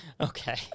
Okay